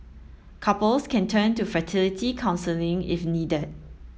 couples can turn to fertility counselling if needed